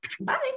Bye